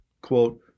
quote